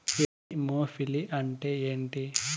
Anemophily అంటే ఏంటి?